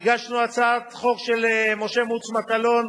והגשנו הצעת חוק של משה מוץ מטלון,